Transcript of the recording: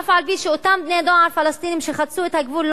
אף-על-פי שאותם בני-נוער פלסטינים שחצו את הגבול,